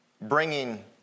bringing